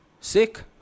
sick